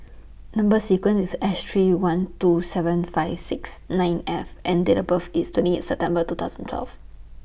Number sequence IS S three one two seven five six nine F and Date of birth IS twenty eight September two thousand twelve